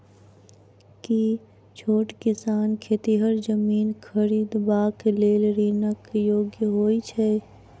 की छोट किसान खेतिहर जमीन खरिदबाक लेल ऋणक योग्य होइ छै?